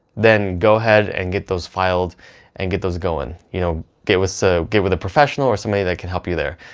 then go ahead and get those filed and get those going. you know, get with so get with a professional or somebody that can help you there.